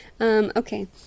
Okay